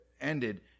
ended